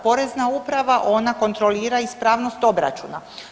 Porezna uprava ona kontrolira ispravnost obračuna.